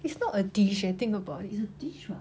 it's not a dish eh think about it